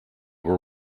were